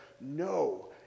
no